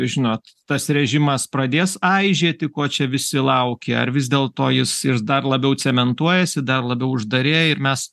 žinot tas režimas pradės aižėti ko čia visi laukia ar vis dėl to jis ir dar labiau cementuojasi dar labiau uždarėja ir mes